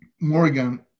Morgan